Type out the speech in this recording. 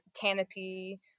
canopy